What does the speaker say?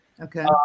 Okay